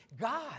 God